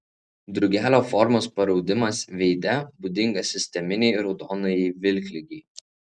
drugelio formos paraudimas veide būdingas sisteminei raudonajai vilkligei